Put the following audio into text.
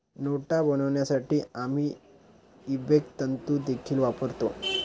नोटा बनवण्यासाठी आम्ही इबेक तंतु देखील वापरतो